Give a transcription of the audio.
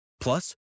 Plus